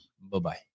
Bye-bye